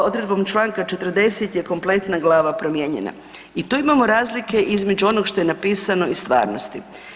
Odredbom članka 40. je kompletna glava promijenjena i tu imamo razlike između onoga što je napisano i stvarnosti.